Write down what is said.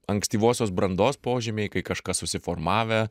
ankstyvosios brandos požymiai kai kažkas susiformavę